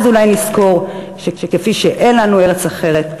אז אולי נזכור שכפי שאין לנו ארץ אחרת,